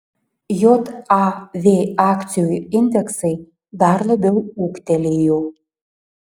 jav akcijų indeksai dar labiau ūgtelėjo